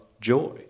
joy